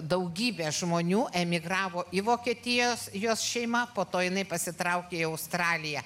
daugybe žmonių emigravo į vokietiją jos šeima po to jinai pasitraukė į australiją